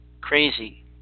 crazy